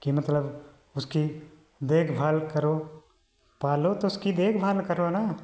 कि मतलब उसकी देखभाल करो पालो तो उसकी देखभाल करो ना